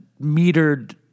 metered